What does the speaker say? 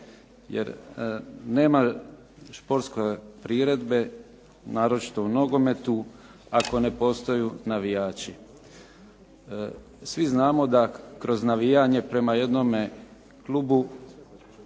jer nema športske priredbe naročito u nogometu ako ne postoje navijači. Svi znamo da kroz navijanje prema jednome klubu